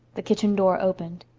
the kitchen door opened.